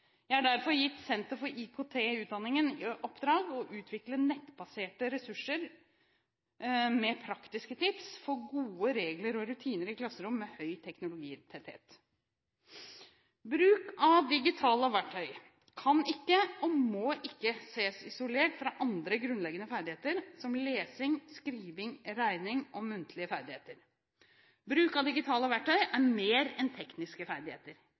Jeg har derfor gitt Senter for IKT i utdanningen i oppdrag å utvikle nettbaserte ressurser med praktiske tips for gode regler og rutiner i klasserom med høy teknologitetthet. Bruk av digitale verktøy kan ikke og må ikke ses isolert fra andre grunnleggende ferdigheter som lesing, skriving, regning og muntlige ferdigheter. Bruk av digitale verktøy er mer enn tekniske ferdigheter.